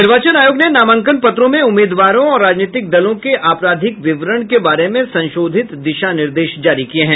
निर्वाचन आयोग ने नामांकन पत्रों में उम्मीदवारों और राजनीतिक दलों के आपराधिक विवरण के बारे में संशोधित दिशा निर्देश जारी किया है